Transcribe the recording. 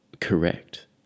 correct